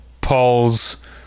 Paul's